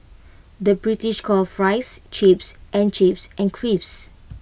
the British calls Fries Chips and chips and crisps